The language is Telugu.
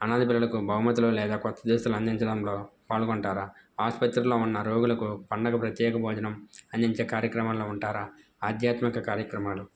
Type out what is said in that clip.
అనాధ పిల్లలకు బహుమతులు లేదా కొత్త దుస్తులు అందించడంలో పాల్గొంటారా ఆసుపత్రిలో ఉన్న రోగులకు పండుగ ప్రత్యేక భోజనం అందించే కార్యక్రమాల్లో ఉంటారా ఆధ్యాత్మిక కార్యక్రమాలు